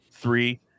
Three